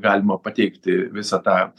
galima pateikti visą tą